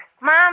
Mom